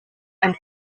and